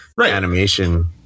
animation